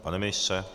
Pane ministře?